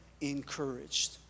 encouraged